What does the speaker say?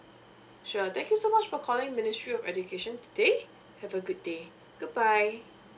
sure thank you so much for calling ministry of education today have a good day goodbye